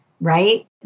right